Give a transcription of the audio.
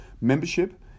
membership